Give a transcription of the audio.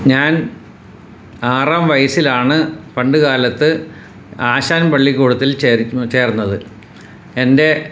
ഞാൻ ആറാം വയസ്സിലാണ് പണ്ടുകാലത്ത് ആശാൻ പള്ളിക്കൂടത്തിൽ ചേർന്നത് എൻ്റെ